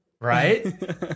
right